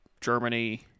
Germany